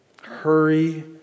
Hurry